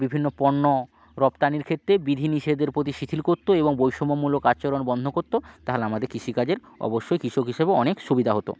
বিভিন্ন পণ্য রপ্তানির ক্ষেত্রে বিধিনিষেধের প্রতি শিথিল করত এবং বৈষম্যমূলক আচরণ বন্ধ করত তাহলে আমাদের কৃষিকাজের অবশ্যই কৃষক হিসাবে অনেক সুবিধা হতো